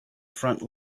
front